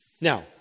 Now